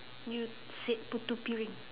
you said Putu-Piring